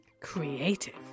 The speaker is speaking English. creative